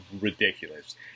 ridiculous